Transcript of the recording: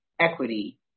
equity